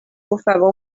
bufava